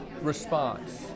response